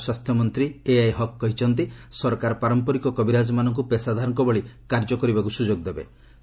ମେଘାଳୟ ସ୍ୱାସ୍ଥ୍ୟମନ୍ତ୍ରୀ A I Hek କହିଛନ୍ତି ସରକାର ପାରମ୍ପରିକ କବିରାଜମାନଙ୍କୁ ପେସାଦାରଙ୍କ ଭଳି କାର୍ଯ୍ୟ କରିବାକୁ ସ୍ରଯୋଗ ଦେବେ